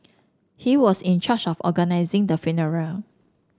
he was in charge of organising the funeral